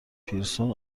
پیرسون